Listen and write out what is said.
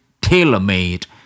tailor-made